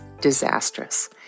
disastrous